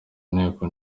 nteko